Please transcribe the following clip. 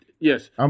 Yes